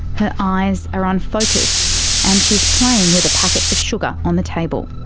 her eyes are unfocused and she's playing with the packets of sugar on the table.